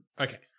Okay